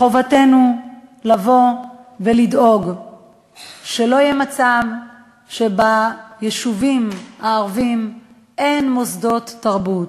חובתנו לבוא ולדאוג שלא יהיה מצב שביישובים הערביים אין מוסדות תרבות,